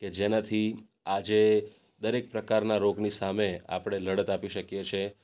જેનાથી આજે દરેક પ્રકારના રોગની સામે આપણે લડત આપી શકીએ છીએ